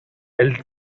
elle